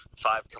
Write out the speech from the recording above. five